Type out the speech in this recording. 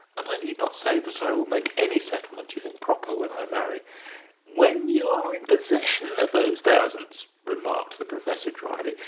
and i need not say that i will make any settlement you think proper when i marry when you are in possession of those thousands, remarked the professor, dryly,